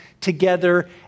together